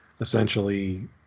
essentially